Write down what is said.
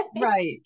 Right